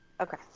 Okay